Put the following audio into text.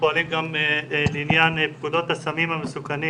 פועלים גם לעניין פקודות הסמים המסוכנים